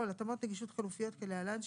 נגישות חלופיות כלהלן,